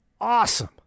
awesome